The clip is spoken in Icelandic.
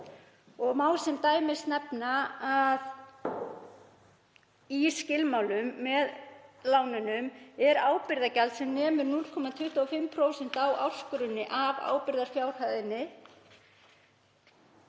Má sem dæmi nefna að í skilmálum með lánunum er ábyrgðargjald sem nemur 0,25% á ársgrunni af ábyrgðarfjárhæðinni